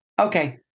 Okay